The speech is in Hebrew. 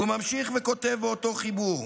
והוא ממשיך וכותב באותו חיבור: